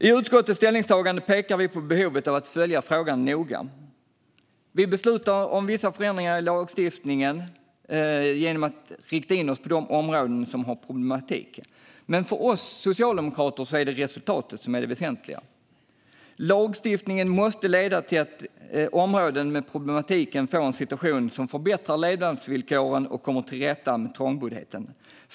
I utskottets ställningstagande pekar vi på behovet av att följa frågan noga. Vi beslutar om vissa förändringar i lagstiftningen genom att rikta in oss på de områden där det finns problem. Men för oss socialdemokrater är det resultatet som är det väsentliga. Lagstiftningen måste leda till att områden med problem får en situation som förbättrar levnadsvillkoren och kommer till rätta med trångboddheten.